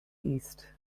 east